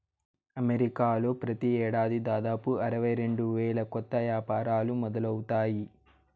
అమెరికాలో ప్రతి ఏడాది దాదాపు అరవై రెండు వేల కొత్త యాపారాలు మొదలవుతాయి